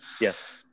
yes